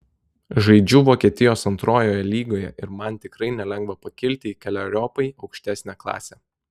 žaidžiu vokietijos antrojoje lygoje ir man tikrai nelengva pakilti į keleriopai aukštesnę klasę